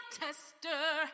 tester